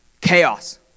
Chaos